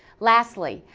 lastly,